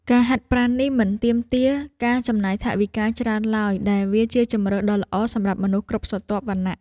ការហាត់ប្រាណនេះមិនទាមទារការចំណាយថវិកាច្រើនឡើយ ដែលវាជាជម្រើសដ៏ល្អសម្រាប់មនុស្សគ្រប់ស្រទាប់វណ្ណៈ។